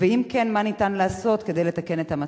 אם כן, מה ניתן לעשות כדי לתקן את המצב?